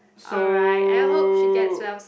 so